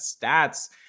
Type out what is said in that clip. stats